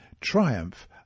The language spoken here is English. triumph